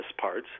parts